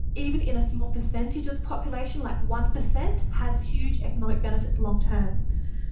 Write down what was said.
even in a small percentage of the population, like one percent, has huge economic benefits long-term.